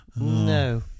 No